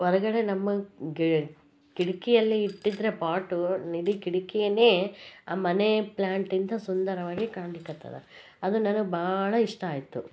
ಹೊರಗಡೆ ನಮ್ಮ ಗಿ ಕಿಟಕಿಯಲ್ಲಿ ಇಟ್ಟಿದ್ದರೆ ಪಾಟು ಇಡೀ ಕಿಟಕಿಯನ್ನೇ ಆ ಮನಿ ಪ್ಲ್ಯಾಂಟಿಂದ ಸುಂದರವಾಗಿ ಕಾಣ್ಲಿಕ್ಕತ್ತದೆ ಅದು ನನಗೆ ಭಾಳ ಇಷ್ಟ ಆಯಿತು